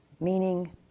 meaning